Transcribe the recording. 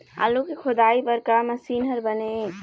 आलू के खोदाई बर का मशीन हर बने ये?